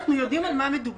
אנחנו יודעים על מה מדובר,